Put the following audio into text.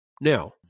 Now